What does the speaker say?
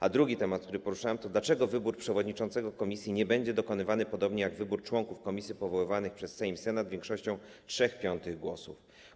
A drugi temat, który poruszałem, brzmiał: Dlaczego wybór przewodniczącego komisji nie będzie dokonywany podobnie jak wybór członków komisji powoływanych przez Sejm i Senat większością 3/5 głosów?